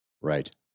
right